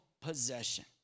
possession